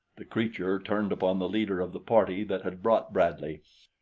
the creature turned upon the leader of the party that had brought bradley.